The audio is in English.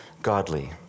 godly